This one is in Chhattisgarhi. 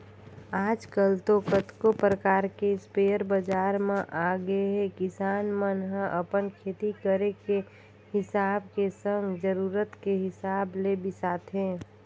आजकल तो कतको परकार के इस्पेयर बजार म आगेहे किसान मन ह अपन खेती करे के हिसाब के संग जरुरत के हिसाब ले बिसाथे